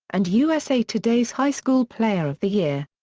and usa today's high school player of the year.